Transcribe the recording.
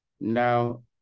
Now